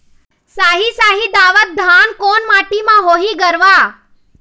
साही शाही दावत धान कोन माटी म होही गरवा?